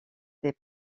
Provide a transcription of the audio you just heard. des